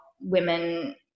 women